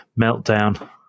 meltdown